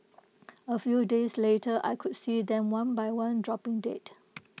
A few days later I could see them one by one dropping dead